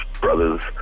brothers